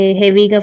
heavy